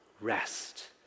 rest